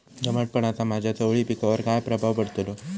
दमटपणाचा माझ्या चवळी पिकावर काय प्रभाव पडतलो?